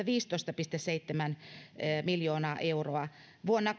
viisitoista pilkku seitsemän miljoonaa euroa vuonna